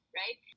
right